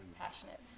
passionate